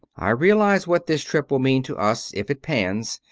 i realize what this trip will mean to us, if it pans,